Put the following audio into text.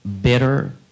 bitter